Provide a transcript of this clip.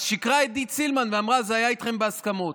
אז שיקרה עידית סילמן ואמרה: זה היה איתכם בהסכמות.